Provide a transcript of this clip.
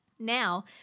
Now